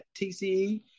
TCE